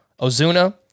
Ozuna